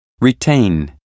Retain